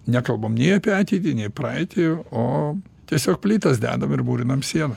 nekalbam nei apie ateitį nei praeitį o tiesiog plytas dedam ir mūrinam sieną